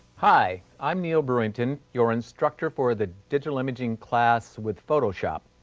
hi, i'm neil bruington, your instructor for the digital imaging class with photoshop.